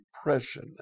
depression